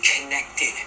connected